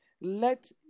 let